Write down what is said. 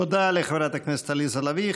תודה לחברת הכנסת עליזה לביא.